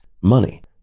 money